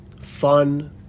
fun